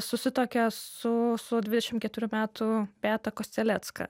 susituokė su su dvidešimt keturių metų beata koscelecka